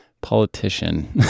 politician